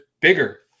bigger